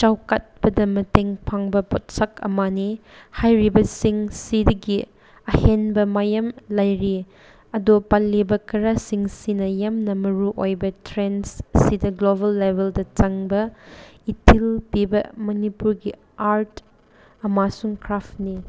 ꯆꯥꯎꯈꯠꯄꯗ ꯃꯇꯦꯡ ꯄꯥꯡꯕ ꯄꯣꯠꯁꯛ ꯑꯃꯅꯤ ꯍꯥꯏꯔꯤꯕꯁꯤꯡꯁꯤꯗꯒꯤ ꯑꯍꯦꯟꯕ ꯃꯌꯥꯝ ꯂꯩꯔꯤ ꯑꯗꯨ ꯄꯜꯂꯤꯕ ꯈꯔꯁꯤꯡꯁꯤꯅ ꯌꯥꯝꯅ ꯃꯔꯨ ꯑꯣꯏꯕ ꯇ꯭ꯔꯦꯟꯁꯁꯤꯗ ꯒ꯭ꯂꯣꯕꯦꯜ ꯂꯦꯕꯦꯜꯗ ꯆꯪꯕ ꯏꯊꯤꯜ ꯄꯤꯕ ꯃꯅꯤꯄꯨꯔꯒꯤ ꯑꯥꯔꯠ ꯑꯃꯁꯨꯡ ꯀ꯭ꯔꯥꯐꯅꯤ